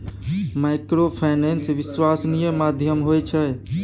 Microfinance विश्वासनीय माध्यम होय छै?